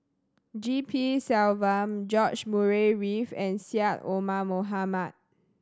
G P Selvam George Murray Reith and Syed Omar Mohamed